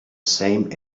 same